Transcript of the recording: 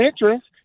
interest